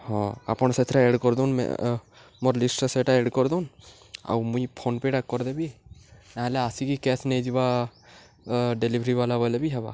ହଁ ଆପଣ ସେଥିରେ ଏଡ଼୍ କରିଦଉନ୍ ମୋର୍ ଲିଷ୍ଟ୍ଟା ସେଟା ଏଡ଼୍ କରିଦଉନ୍ ଆଉ ମୁଇଁ ଫୋନ୍ପେ'ଟା କରିଦେବି ନହେଲେ ଆସିକି କ୍ୟାସ୍ ନେଇଯିବା ଡେଲିଭରି ବାଲା ବୋଏଲେ ବି ହେବା